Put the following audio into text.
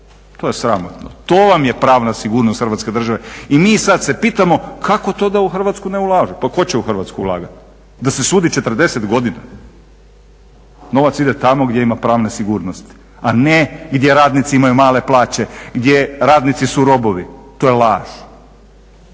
To je sramotno, to vam je pravna sigurnost Hrvatske države. I mi sad se pitamo kako to da u Hrvatsku ne ulažu? Pa ko će u Hrvatsku ulagati, da se sudi 40 godina? Novac ide tamo gdje ima pravne sigurnost, a ne gdje radnici imaju male plaće, gdje radnici su robovi to je laž.